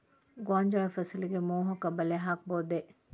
ಗೋಂಜಾಳ ಫಸಲಿಗೆ ಮೋಹಕ ಬಲೆ ಹಾಕಬಹುದೇ?